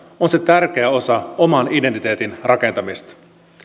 se tärkeä osa oman identiteetin rakentamista